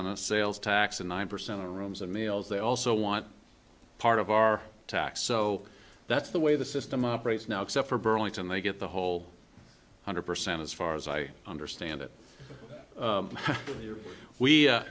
the sales tax and nine percent of the rooms and males they also want part of our tax so that's the way the system operates now except for burlington they get the whole hundred percent as far as i understand